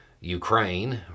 Ukraine